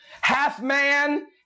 half-man